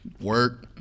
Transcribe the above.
work